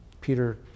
Peter